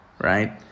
Right